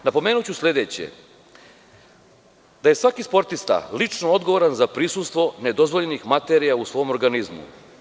Napomenuću sledeće – da je svaki sportista lično odgovoran za prisustvo nedozvoljenih materija u svom organizmu.